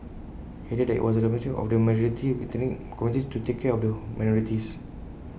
he added that IT was the responsibility of the majority ethnic communities to take care of the minorities